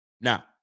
Now